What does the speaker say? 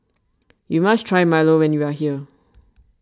you must try Milo when you are here